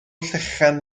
llechen